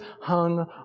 hung